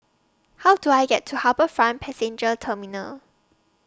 How Do I get to HarbourFront Passenger Terminal